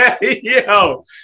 yo